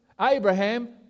Abraham